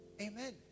amen